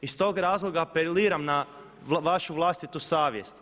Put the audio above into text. Iz tog razloga apeliram na vašu vlastitu savjest.